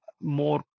more